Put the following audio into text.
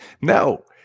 No